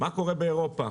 מה קורה באירופה.